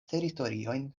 teritoriojn